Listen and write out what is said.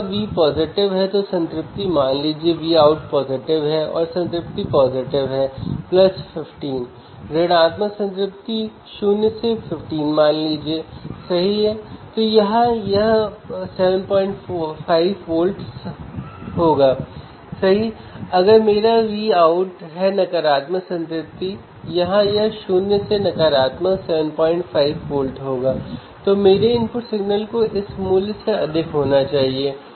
instrument amplifier differential amplifier की तरह एक क्लोज़ लूप डिवाइस है लेकिन ध्यान से लाभ 1 सेट करें